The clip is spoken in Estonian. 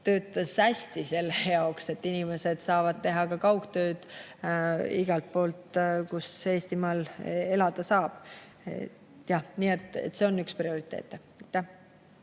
töötas hästi, tõestades, et inimesed saavad teha kaugtööd igalt poolt, kus Eestimaal elada saab. Nii et see on üks prioriteete.